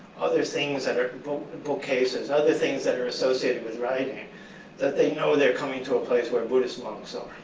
other things that are bookcases other things that are associated with writing that they know they're coming to a place where buddhist monks are.